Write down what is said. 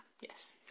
yes